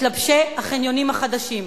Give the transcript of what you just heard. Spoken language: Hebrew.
"מתלבשי החניונים החדשים".